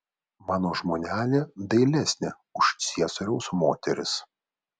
mano žmonelė dailesnė už ciesoriaus moteris